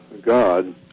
God